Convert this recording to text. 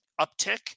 uptick